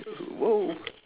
!wow!